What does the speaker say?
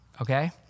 okay